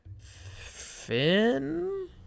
Finn